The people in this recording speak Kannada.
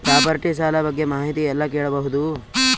ಪ್ರಾಪರ್ಟಿ ಸಾಲ ಬಗ್ಗೆ ಮಾಹಿತಿ ಎಲ್ಲ ಕೇಳಬಹುದು?